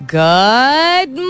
good